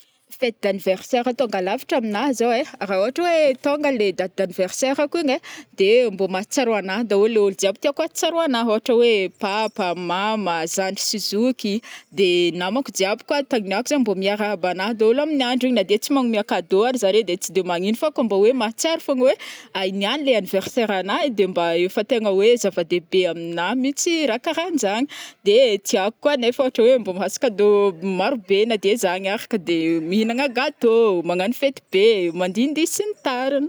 Fety d'anniversaire tonga lafatra amina zao ai, ra ôhatra oe tonga le date d'anniversairako iny ai, de mbô mahatsiaro anah daholy le olona jiaby tiako ahatsiaro anah oatra oe papa a, mama, zandry sy zoky, de namako jiaby koa tandriniako zagny mbo miarahaba anah daholy aminy andro iny na de oe tsy manome cadeaux ary zare de tsy de magnino fa koa mba oe mahatsiaro fogna oe iniany anniversaire nah e de mba efa tena oe zava-dehibe amina mitsy ra karanjany de tiako nefa oatra oe mbo mahazo cadeaux maro be na de zany ary ka de mihinana gateaux magnano fety be mandihindihy sy ny tariny.